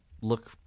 look